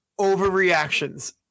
overreactions